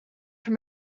from